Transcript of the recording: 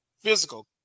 physical